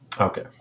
Okay